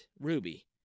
Ruby